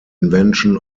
invention